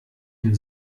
ihn